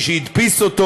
מי שהדפיס אותו,